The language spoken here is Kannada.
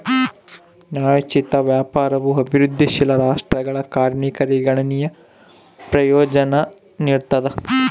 ನ್ಯಾಯೋಚಿತ ವ್ಯಾಪಾರವು ಅಭಿವೃದ್ಧಿಶೀಲ ರಾಷ್ಟ್ರಗಳ ಕಾರ್ಮಿಕರಿಗೆ ಗಣನೀಯ ಪ್ರಯೋಜನಾನ ನೀಡ್ತದ